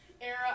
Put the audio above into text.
era